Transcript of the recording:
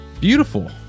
beautiful